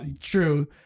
True